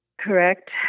correct